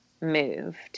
moved